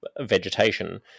vegetation